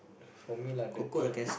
for me lah dirty